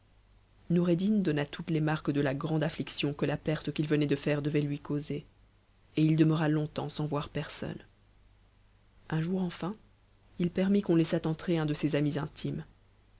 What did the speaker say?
noureddin donna toutes les marques de la grande afsiction que la per qu'il venait de faire devait lui causer et il demeura longtemps sans voir personne un jour enfin il permit qu'on laissât entrer un de ses amis intimes